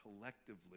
collectively